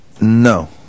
No